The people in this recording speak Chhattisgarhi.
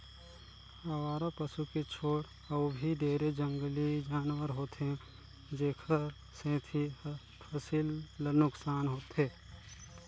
अवारा पसू के छोड़ अउ भी ढेरे जंगली जानवर होथे जेखर सेंथी फसिल ल नुकसान होथे